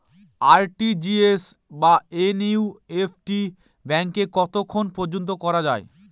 RTGS বা NEFT ব্যাংকে কতক্ষণ পর্যন্ত করা যায়?